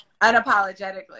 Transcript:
unapologetically